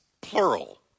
plural